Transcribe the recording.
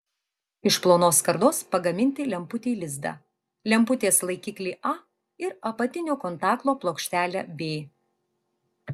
iš plonos skardos pagaminti lemputei lizdą lemputės laikiklį a ir apatinio kontakto plokštelę b